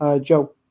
Joe